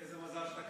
איזה מזל שאתה קיים.